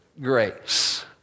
grace